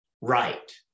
right